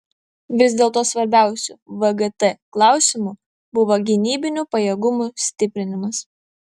vis dėlto svarbiausiu vgt klausimu buvo gynybinių pajėgumų stiprinimas